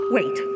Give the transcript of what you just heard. Wait